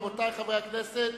רבותי חברי הכנסת,